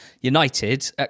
United